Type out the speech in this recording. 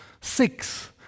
six